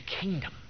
kingdom